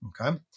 Okay